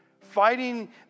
fighting